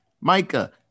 Micah